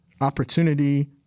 opportunity